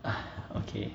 okay